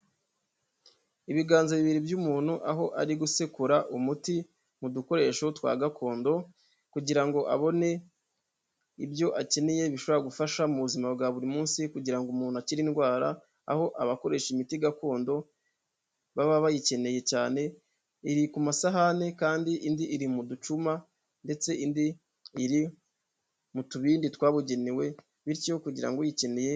Ibiganza bibiri by'umuntu aho ari gusekura umuti mu dukoresho twa gakondo kugira ngo abone ibyo akeneye bishobora gufasha mu buzima bwa buri munsi kugira ngo umuntu akire indwara aho abakoresha imiti gakondo baba bayikeneye cyane, iri ku masahani kandi indi iri mu ducuma ndetse indi iri mu tubindi twabugenewe bityo kugira ngo uyikeneye.